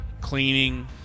cleaning